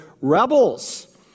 rebels